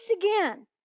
again